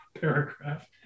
paragraph